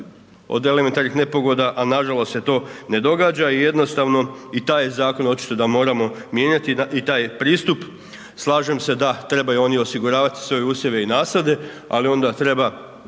od elementarnih nepogoda, a nažalost se to ne događa i jednostavno i taj je zakon očito da moramo mijenjati i taj pristup. Slažem se da trebaju oni osiguravati svoje usjeve i nasade, ali onda treba